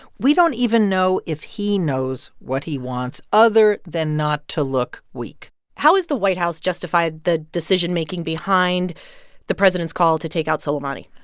we don't even know if he knows what he wants, other than not to look weak how has the white house justified the decision-making behind the president's call to take out soleimani?